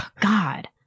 god